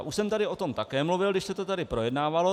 Už jsem tady o tom také mluvil, když se to tady projednávalo.